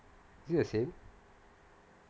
is it the same